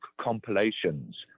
compilations